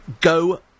go